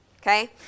okay